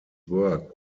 work